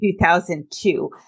2002